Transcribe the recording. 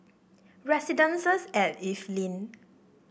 residences and Evelyn